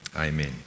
Amen